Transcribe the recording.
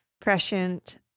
prescient